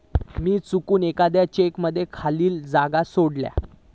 मी चुकून एकदा चेक मध्ये खाली जागा सोडलय